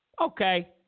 Okay